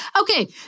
Okay